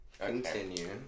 Continue